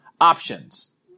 options